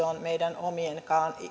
on meidän omien